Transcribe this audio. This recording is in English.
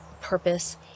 purpose